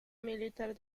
militar